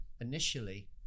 initially